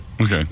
Okay